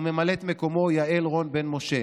וממלאת את מקומו: יעל רון בן משה,